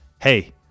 hey